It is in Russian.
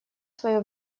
свое